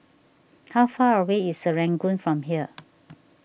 how far away is Serangoon from here